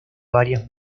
varias